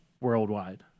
worldwide